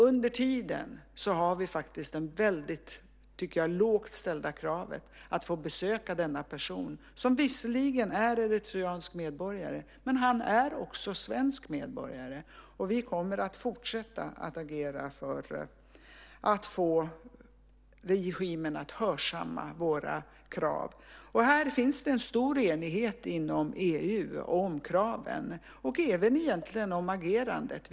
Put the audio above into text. Under tiden har vi faktiskt det väldigt lågt ställda kravet att få besöka denna person som visserligen är eritreansk medborgare, men han är också svensk medborgare. Vi kommer att fortsätta att agera för att få regimen att hörsamma våra krav. Det finns en stor enighet inom EU om kraven, även egentligen om agerandet.